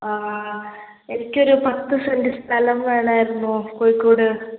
ആ എനിക്കൊരു പത്ത് സെന്റ് സ്ഥലം വേണമായിരുന്നു കോഴിക്കോട്